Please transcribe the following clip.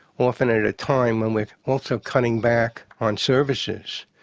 often at a time when we're also cutting back on services.